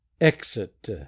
Exit